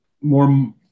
more